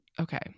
okay